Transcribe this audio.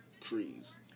trees